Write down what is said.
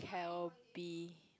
Calbee